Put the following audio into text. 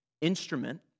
instrument